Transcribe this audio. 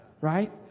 right